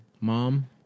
Mom